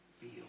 feel